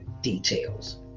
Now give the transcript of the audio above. details